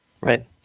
Right